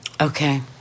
Okay